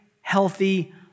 healthy